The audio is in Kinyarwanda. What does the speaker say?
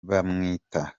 bamwita